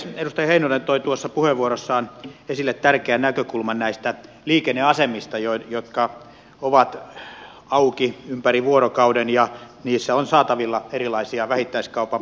edustaja heinonen toi tuossa puheenvuorossaan esille tärkeän näkökulman näistä liikenneasemista jotka ovat auki ympäri vuorokauden ja joissa on saatavilla erilaisia vähittäiskaupan palveluita